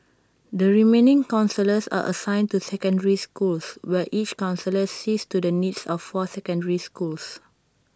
the remaining counsellors are assigned to secondary schools where each counsellor sees to the needs of four secondary schools